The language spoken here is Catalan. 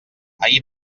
ahir